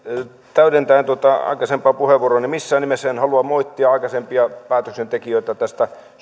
täydentäen tuota aikaisempaa puheenvuoroani missään nimessä en halua moittia aikaisempia päätöksentekijöitä tästä